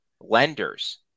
lenders